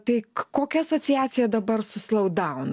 tai kokia asociacija dabar su slowdown